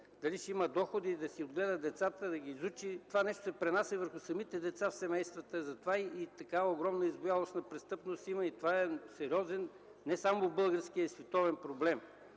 дали ще има доходи да си отгледа децата, да ги изучи, това нещо се пренася върху самите деца в семействата, затова има и такава огромна избуялост на престъпност. Това е сериозен не само български, а и световен проблем.